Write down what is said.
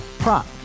Prop